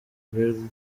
birmingham